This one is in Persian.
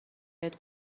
بهت